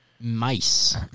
Mice